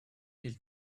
his